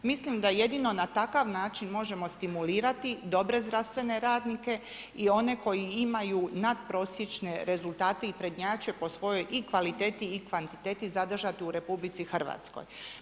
Mislim da jedino na takav način možemo stimulirati dobre zdravstvene radnike i one koji imaju nadprosječne rezultate i prednjače po svojoj i kvaliteti i kvantiteti zadržati u Republici Hrvatskoj.